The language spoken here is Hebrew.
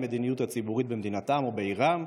על המדיניות הציבורית במדינתם או בעירם,